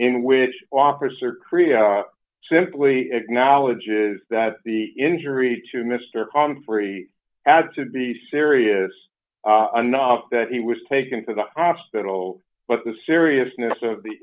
in which officer korea simply acknowledges that the injury to mr conferee had to be serious enough that he was taken to the hospital but the seriousness of the